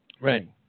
Right